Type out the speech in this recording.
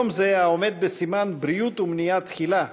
יום זה, העומד בסימן "בריאות ומניעה תחילה",